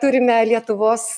turime lietuvos